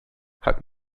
hat